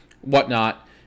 whatnot